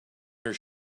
your